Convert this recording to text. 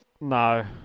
no